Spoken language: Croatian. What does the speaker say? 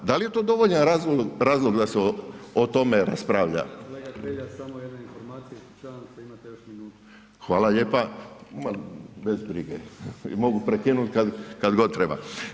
Da li je to dovoljan razlog da se o tome raspravlja? [[Upadica: Kolega Hrelja samo jedna informacija, ispričavam se imate još minutu.]] Hvala lijepa, ma bez brige mogu prekinut kad god treba.